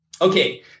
Okay